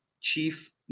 Chief